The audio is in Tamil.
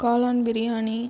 காளான் பிரியாணி